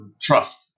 trust